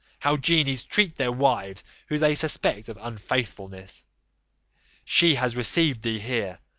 how genies treat their wives whom they suspect of unfaithfulness she has received thee here,